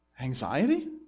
Anxiety